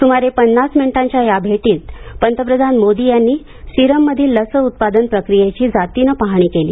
सुमारे पन्नास मिनिटांच्या या भेटीत पंतप्रधान मोदी सीरम मधील लस उत्पादन प्रक्रियेची जातीनं पाहणी केली